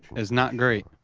is not great.